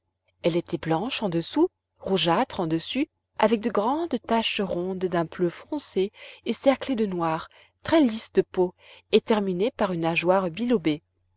elle était blanche en dessous rougeâtre en dessus avec de grandes taches rondes d'un bleu foncé et cerclées de noir très lisse de peau et terminée par une nageoire bilobée